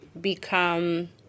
become